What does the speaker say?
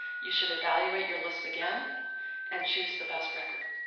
you should evaluate your list again and choose the best record.